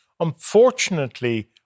Unfortunately